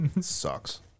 Sucks